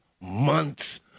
months